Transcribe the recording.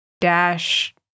dash